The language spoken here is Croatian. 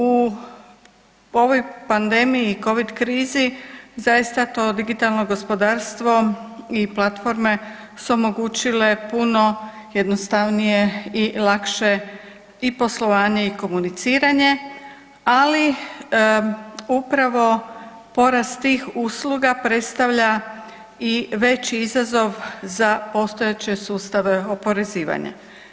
U ovoj pandemiji, COVID krizi zaista to digitalno gospodarstvo i platforme su omogućile puno jednostavnije i lakše i poslovanje i komuniciranje, ali upravo porast tih usluga predstavlja i veći izazov za postojeće sustave oporezivanja.